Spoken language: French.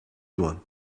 loin